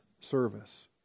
service